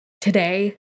today